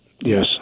yes